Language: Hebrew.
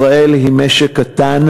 ישראל היא משק קטן,